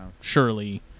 surely